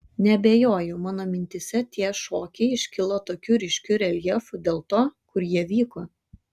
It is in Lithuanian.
neabejoju mano mintyse tie šokiai iškilo tokiu ryškiu reljefu dėl to kur jie vyko